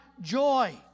joy